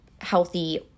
healthy